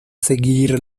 seguir